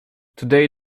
today